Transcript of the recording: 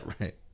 right